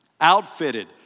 outfitted